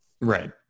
right